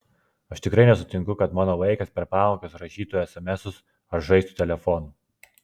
aš tikrai nesutinku kad mano vaikas per pamokas rašytų esemesus ar žaistų telefonu